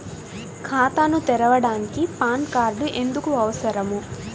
ఖాతాను తెరవడానికి PAN card ఎందుకు అవసరము?